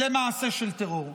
למעשה של טרור.